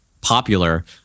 popular